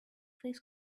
this